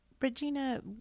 Regina